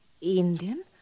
Indian